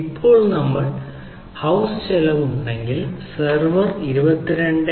ഇപ്പോൾ നമ്മൾക്ക് ഹൌസ്ൽ ചിലവ് ഉണ്ടെങ്കിൽ സെർവർ ഇത് 22